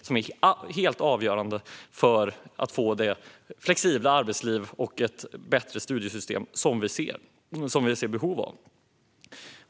Det är helt avgörande för att få det flexibla arbetsliv och bättre studiesystem som vi ser behov av.